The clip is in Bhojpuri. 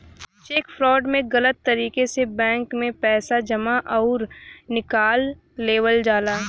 चेक फ्रॉड में गलत तरीके से बैंक में पैसा जमा आउर निकाल लेवल जाला